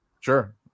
Sure